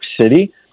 city